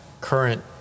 current